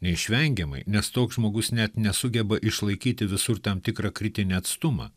neišvengiamai nes toks žmogus net nesugeba išlaikyti visur tam tikrą kritinį atstumą